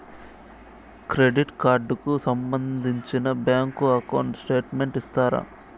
Credit card కు సంబంధించిన bank account statement ఇస్తారా?